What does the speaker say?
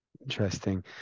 Interesting